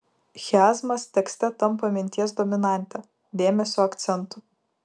chiazmas tekste tampa minties dominante dėmesio akcentu